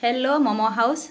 hello momo house